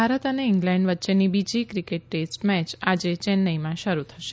ભારત અને ઇગ્લેન્ડ વચ્ચેની બીજી ક્રીકેટ ટેસ્ટ મેચ આજે ચેન્નાઇમાં શરૂ થશે